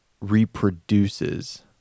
reproduces